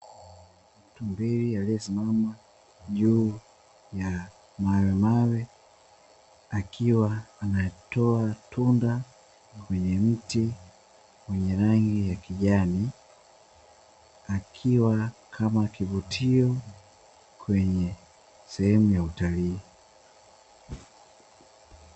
Tumbili aliesimama juu ya mawemawe akiwa anatoa tunda kwenye mti wenye rangi ya kijani, akiwa kama kivutio kwenye sehemu ya utalii.